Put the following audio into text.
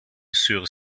sur